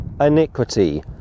iniquity